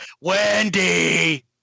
Wendy